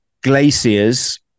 glaciers